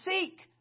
seek